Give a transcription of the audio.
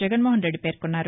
జగన్మోహన్ రెడ్డి పేర్కొన్నారు